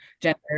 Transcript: gender